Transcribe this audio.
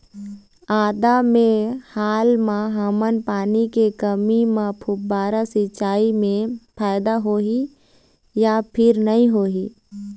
आदा मे हाल मा हमन पानी के कमी म फुब्बारा सिचाई मे फायदा होही या फिर नई होही?